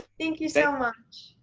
thank you so much.